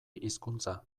hizkuntza